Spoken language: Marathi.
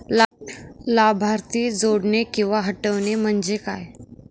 लाभार्थी जोडणे किंवा हटवणे, म्हणजे काय?